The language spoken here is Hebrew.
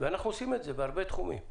ואנחנו עושים את זה בהרבה תחומים.